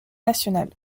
national